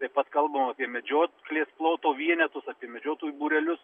taip pat kalbu apie medžioklės ploto vienetus apie medžiotojų būrelius